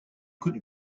connu